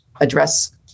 address